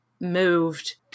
moved